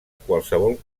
qualsevol